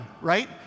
right